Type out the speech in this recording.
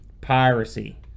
piracy